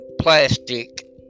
plastic